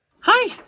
Hi